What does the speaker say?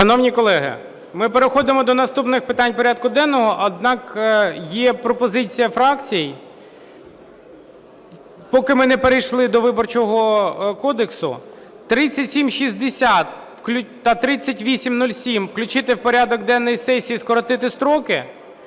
Шановні колеги, ми переходимо до наступних питань порядку денного, однак є пропозиція фракцій, поки ми не перейшли до Виборчого кодексу, 3760 та 3807 включити в порядок денний сесії, скоротити строки,